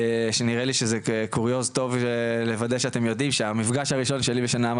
שנראה לי שזה קוריוז טוב לוודא שאתם יודעים שהמפגש הראשון שלי ושל נעמה